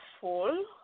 full